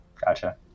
gotcha